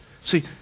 See